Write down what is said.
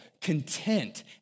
content